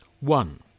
One